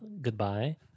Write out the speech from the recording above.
goodbye